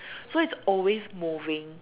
so it's always moving